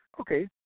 Okay